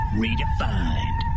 redefined